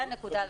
זאת הנקודה.